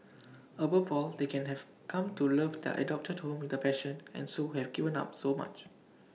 above all they can have come to love their adopted home with A passion and so have given up so much